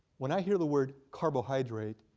when i hear the word carbohydrate,